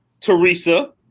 Teresa